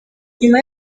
nyuma